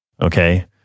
Okay